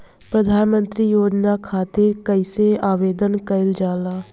प्रधानमंत्री योजना खातिर कइसे आवेदन कइल जाला?